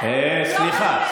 סליחה,